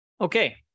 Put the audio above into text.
Okay